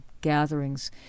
gatherings